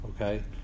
okay